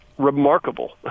Remarkable